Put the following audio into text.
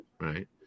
right